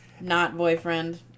Not-boyfriend